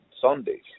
Sundays